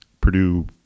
Purdue